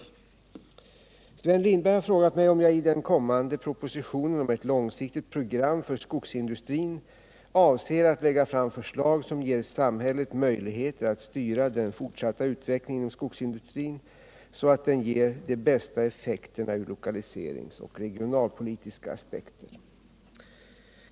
Sven Lindberg har frågat mig om jag i den kommande propositionen om ett långsiktigt program för skogsindustrin avser att lägga fram förslag, som ger samhället möjligheter att styra den fortsatta utvecklingen inom skogsindu 117 strin, så att den ger de bästa effekterna ur lokaliseringspolitiska och regionalpolitiska aspekter.